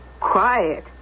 quiet